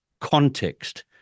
context